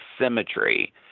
symmetry